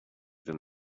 than